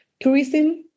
tourism